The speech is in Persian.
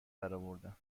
درآوردم